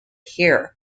here